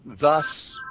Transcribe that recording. Thus